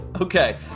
Okay